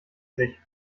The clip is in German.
sich